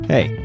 Hey